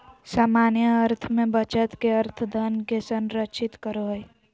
सामान्य अर्थ में बचत के अर्थ धन के संरक्षित करो हइ